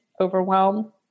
overwhelm